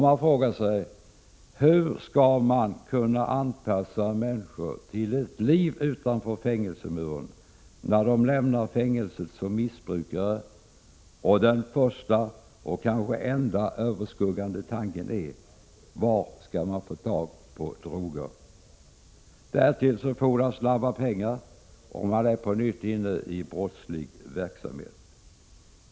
Man frågar sig: Hur skall man kunna anpassa människor till ett liv utanför fängelsemuren när de lämnar fängelset som missbrukare och den första och kanske helt överskuggande tanken gäller var de skall få tag på droger? Därtill fordras snabba pengar, och de är på nytt inne i brottslig verksamhet.